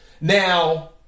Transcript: now